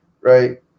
right